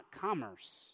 commerce